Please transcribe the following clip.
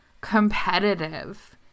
competitive